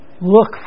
Look